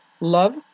love